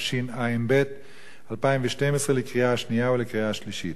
התשע"ב 2012, לקריאה שנייה ולקריאה שלישית.